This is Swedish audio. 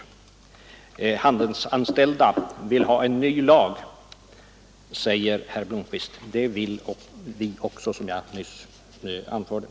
De handelsanställda vill ha en ny lag, och det orkar kanslihuset säkert med.